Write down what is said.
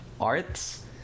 arts